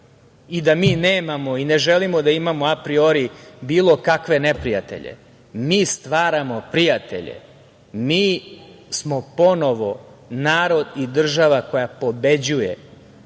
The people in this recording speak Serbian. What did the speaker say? i da mi nemamo i ne želimo da imamo apriori bilo kakve neprijatelje. Mi stvaramo prijatelje, mi smo ponovo narod i država koja pobeđuje,